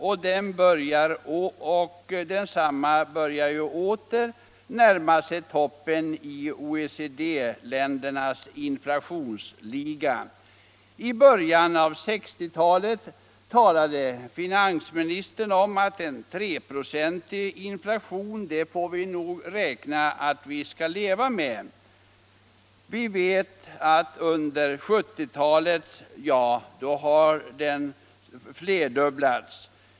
Vi börjar åter närma oss toppen i OECD-ländernas inflationsliga. I början av 1960-talet sade finansministern att vi nog fick räkna med att leva med en 3-procentig inflation. Under 1970-talet har den flerdubblats.